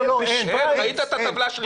ראית את הטבלה.